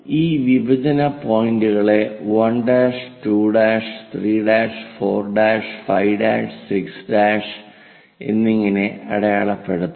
ഈ വിഭജന പോയിന്റുകളെ 1' 2' 3' 4' 5' 6' എന്നിങ്ങനെ അടയാളപ്പെടുത്താം